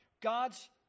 God's